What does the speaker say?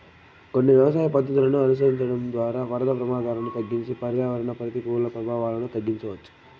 కొన్ని వ్యవసాయ పద్ధతులను అనుసరించడం ద్వారా వరద ప్రమాదాలను తగ్గించి పర్యావరణ ప్రతికూల ప్రభావాలను తగ్గించవచ్చు